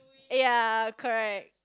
ya correct